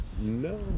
No